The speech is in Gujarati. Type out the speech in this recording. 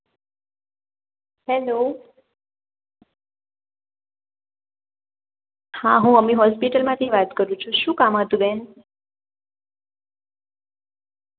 હેલો હા હું અમી હૉસ્પિટલમાંથી વાત કરું છું શું કામ હતું બેન